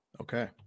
okay